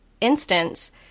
instance